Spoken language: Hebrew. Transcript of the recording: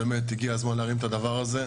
באמת הגיע הזמן להרים את הדבר הזה.